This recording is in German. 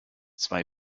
zwei